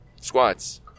squats